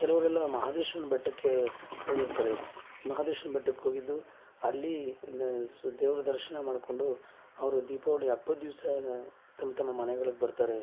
ಕೆಲವರೆಲ್ಲ ಮಹದೇಶ್ವರನ ಬೆಟ್ಟಕ್ಕೆ ಹೋಗಿರ್ತಾರೆ ಮಹದೇಶ್ವರನ ಬೆಟ್ಟಕ್ಕೆ ಹೋಗಿದ್ದು ಅಲ್ಲಿ ದೇವ್ರ ದರ್ಶನ ಮಾಡಿಕೊಂಡು ಅವರು ದೀಪಾವಳಿ ಹಬ್ಬದ ದಿವಸ ತಮ್ಮ ತಮ್ಮ ಮನೆಗಳಿಗೆ ಬರ್ತಾರೆ